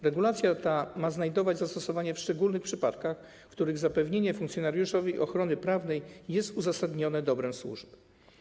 Regulacja ta ma znajdować zastosowanie w szczególnych przypadkach, w których zapewnienie funkcjonariuszowi ochrony prawnej jest uzasadnione dobrem służby.